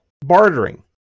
bartering